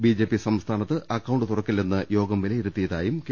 BJP സംസ്ഥാനത്ത് account തുറക്കില്ലെന്ന് യോഗം വിലയിരുത്തിയതായും കെ